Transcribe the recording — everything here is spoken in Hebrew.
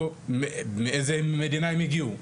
או מאיזה מדינה הם הגיעו,